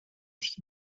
sich